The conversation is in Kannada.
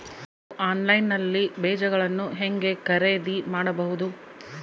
ನಾವು ಆನ್ಲೈನ್ ನಲ್ಲಿ ಬೇಜಗಳನ್ನು ಹೆಂಗ ಖರೇದಿ ಮಾಡಬಹುದು?